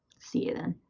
see you then.